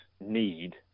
need